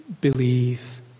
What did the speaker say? believe